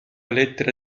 lettera